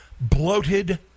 bloated